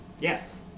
Yes